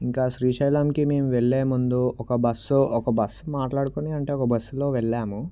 ఇంకా శ్రీశైలానికి మేము వెళ్ళే ముందు ఒక బస్సు ఒక బస్సు మాట్లాడుకొని అంటే ఒక బస్సులో వెళ్ళాము